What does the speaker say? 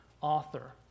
author